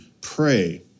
pray